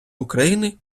україни